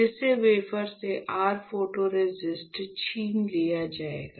जिससे वेफर से r photoresist छीन लिया जाएगा